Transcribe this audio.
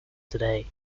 today